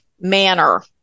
manner